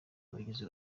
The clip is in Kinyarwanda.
wagize